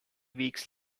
weeks